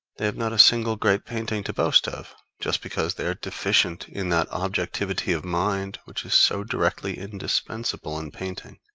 they have not a single great painting to boast of, just because they are deficient in that objectivity of mind which is so directly indispensable in painting.